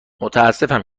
متاسفم